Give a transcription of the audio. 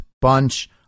bunch